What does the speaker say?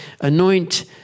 anoint